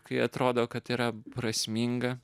kai atrodo kad yra prasminga